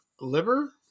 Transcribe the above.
liver